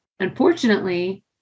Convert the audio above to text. Unfortunately